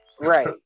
Right